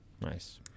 Nice